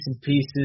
pieces